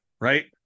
right